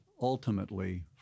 ultimately